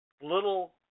little